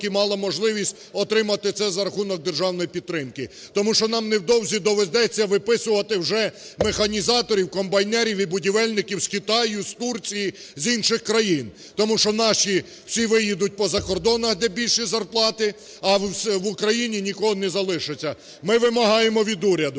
мала можливість отримати це за рахунок державної підтримки. Тому що нам невдовзі доведеться виписувати вже механізаторів, комбайнерів і будівельників з Китаю, з Турції, з інших країн. Тому що наші всі виїдуть по закордонах, де більші зарплати, а в Україні нікого не залишиться. Ми вимагаємо від уряду: